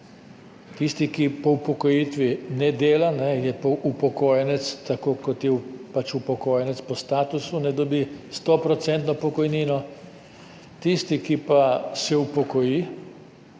Tisti, ki po upokojitvi ne dela, je upokojenec, tako kot je pač upokojenec po statusu, dobi stoodstotno pokojnino, tisti, ki pa se upokoji